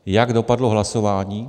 Jak dopadlo hlasování?